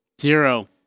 Zero